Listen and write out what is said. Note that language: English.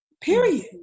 Period